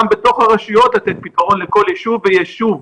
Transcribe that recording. בתוך הרשויות לתת פתרון לכל יישוב ויישוב.